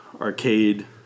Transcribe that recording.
arcade